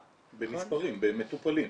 במספרים, במטופלים.